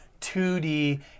2D